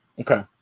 Okay